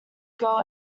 girl